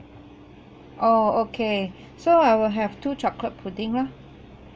oh okay so I will have two chocolate pudding lah